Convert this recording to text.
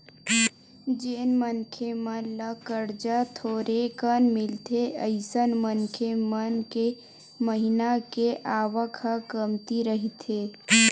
जेन मनखे मन ल करजा थोरेकन मिलथे अइसन मनखे मन के महिना के आवक ह कमती रहिथे